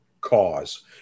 cause